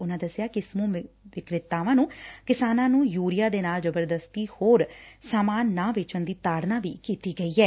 ਉਨਾਂ ਦਸਿਆ ਕਿ ਸਮੁਹ ਵਿਕਰੇਤਾਵਾਂ ਨੂੰ ਕਿਸਾਨਾਂ ਨੂੰ ਯੁਰੀਆ ਦੇ ਨਾਲ ਜਬਰਦਸਤੀ ਹੋਰ ਸਾਮਾਨ ਨਾ ਵੇਚਣ ਦੀ ਤਾਸ਼ਨਾ ਵੀ ਕੀਤੀ ਗਈ ਐ